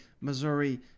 Missouri